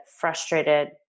frustrated